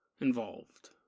involved